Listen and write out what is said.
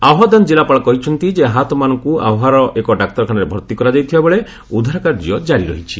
ଆହ୍ବା ଦାନ୍ ଜିଲ୍ଲାପାଳ କହିଛନ୍ତି ଯେ ଆହତମାନଙ୍କୁ ଆହ୍ୱାର ଏକ ଡାକ୍ତରଖାନାରେ ଭର୍ତ୍ତି କରାଯାଇଥିବା ବେଳେ ଉଦ୍ଧାର କାର୍ଯ୍ୟ ଜାରି ରହିଛି